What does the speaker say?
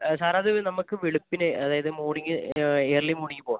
ആ സർ അത് നമുക്ക് വെളുപ്പിനെ അതായത് മോർണിംഗ് ഏർലി മോർണിംഗ് പോകാം